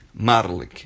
Marlik